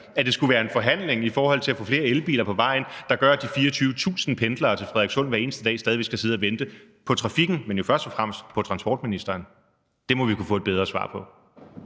at det skulle være en forhandling om at få flere elbiler på vejen, der gør, at de 24.000 pendlere til Frederikssund hver eneste dag stadig væk skal sidde og vente på trafikken – men jo først og fremmest på transportministeren. Det må vi kunne få et bedre svar på.